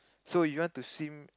so you want to swim